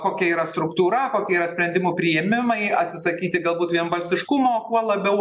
kokia yra struktūra kokie yra sprendimų priėmimai atsisakyti galbūt vienbalsiškumo kuo labiau